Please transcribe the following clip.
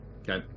Okay